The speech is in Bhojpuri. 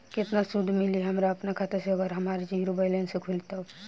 केतना सूद मिली हमरा अपना खाता से अगर हमार खाता ज़ीरो बैलेंस से खुली तब?